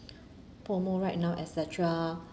promo right now et cetera